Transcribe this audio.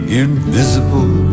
invisible